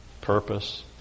purpose